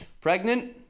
pregnant